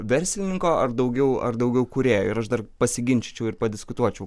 verslininko ar daugiau ar daugiau kūrėjo ir aš dar pasiginčyčiau ir padiskutuočiau